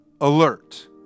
alert